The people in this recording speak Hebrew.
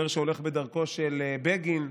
שאומר שהוא הולך בדרכו של בגין,